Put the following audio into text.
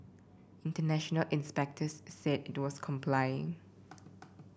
international inspectors said it was complying